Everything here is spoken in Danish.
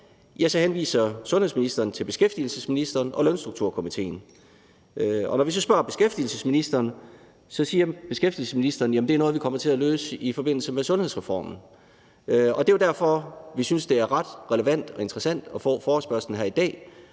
så henviser sundhedsministeren til beskæftigelsesministeren og Lønstrukturkomitéen. Når vi så spørger beskæftigelsesministeren, siger beskæftigelsesministeren: Det er noget, vi kommer til at løse i forbindelse med sundhedsreformen. Det er jo derfor, vi synes, det er ret relevant og interessant at få forespørgslen her i dag,